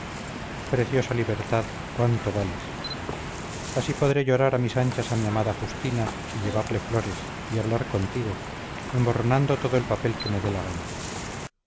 preciosa libertad cuánto vales así podré llorar a mis anchas a mi amada justina y llevarle flores y hablar contigo emborronando todo el papel que me dé la gana